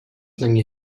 není